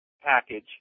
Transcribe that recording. package